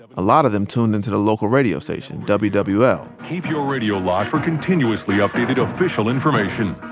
a lot of them tuned in to the local radio station wwl keep your radio locked for continuously updated official information.